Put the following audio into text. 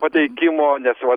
pateikimo nes va